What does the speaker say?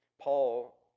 Paul